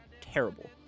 Terrible